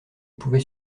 pouvait